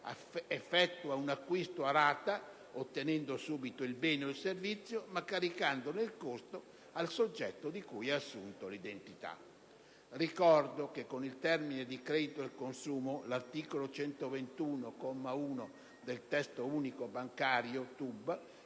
effettua un acquisto a rate, ottenendo subito il bene o il servizio, ma caricandone il costo al soggetto di cui ha assunto l'identità. Ricordo che con l'espressione «credito al consumo», *ex* articolo 121, comma 1, del Testo unico bancario (TUB),